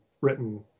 written